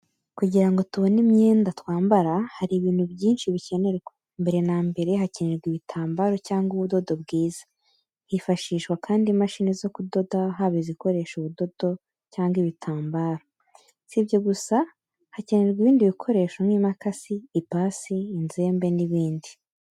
Kugira ngo tubone imyenda twambara, hari ibintu byinshi bikenerwa. Mbere na mbere hakenerwa ibitambaro cyangwa ubudodo bwiza. Hifashishwa kandi imashini zo kudoda, haba izikoresha ubudodo cyangwa ibitambaro. Si ibyo gusa hakenerwa ibindi bikoresho n’imakasi, ipasi, inzembe n’ibindi.